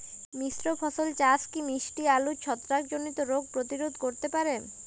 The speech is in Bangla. মিশ্র ফসল চাষ কি মিষ্টি আলুর ছত্রাকজনিত রোগ প্রতিরোধ করতে পারে?